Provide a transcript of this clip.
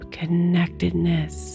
connectedness